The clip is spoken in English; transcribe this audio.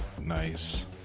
Nice